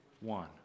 One